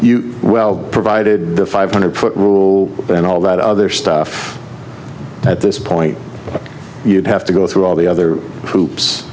you well provided the five hundred foot rule and all that other stuff at this point but you'd have to go through all the other